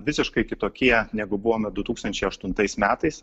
visiškai kitokie negu buvome du tūkstančiai aštuntais metais